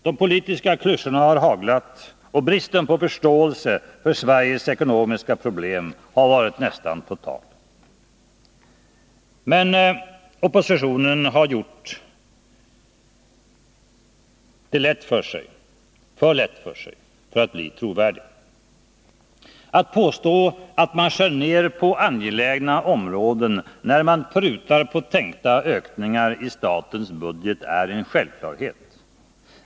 De politiska klyschorna har haglat, och bristen på förståelse för Sveriges ekonomiska problem har varit nästan total. Men oppositionen har gjort det för lätt för sig för att bli trovärdig. Att påstå att man skär ner på angelägna områden när man prutar på tänkta ökningar i statens budget är en självklarhet.